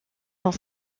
dans